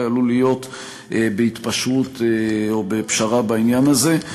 עלול להיות בהתפשרות או בפשרה בעניין הזה.